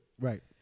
Right